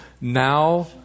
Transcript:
Now